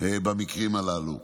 במקרים הללו.